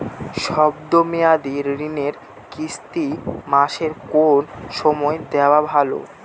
শব্দ মেয়াদি ঋণের কিস্তি মাসের কোন সময় দেওয়া ভালো?